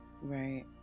Right